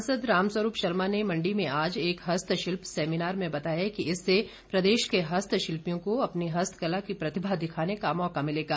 सांसद रामस्वरूप शर्मा ने मण्डी में आज एक हस्तशिल्प सेमिनार में बताया कि इससे प्रदेश के हस्तशिलपियों को अपनी हस्तकला की प्रतिभा दिखाने का मौका मिलेगा